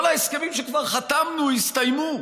כל ההסכמים שכבר חתמנו עליהם כבר הסתיימו,